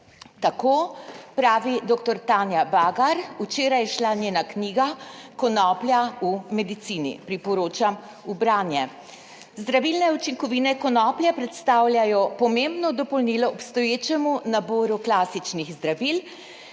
tako pravi doktor Tanja Bagar, včeraj je izšla njena knjiga Konoplja v medicini. Priporočam v branje. Zdravilne učinkovine konoplje predstavljajo pomembno dopolnilo obstoječemu naboru klasičnih zdravil,